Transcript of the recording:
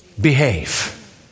behave